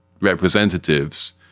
representatives